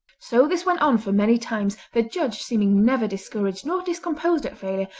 so this went on for many times, the judge seeming never discouraged nor discomposed at failure,